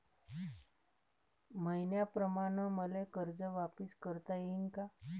मईन्याप्रमाणं मले कर्ज वापिस करता येईन का?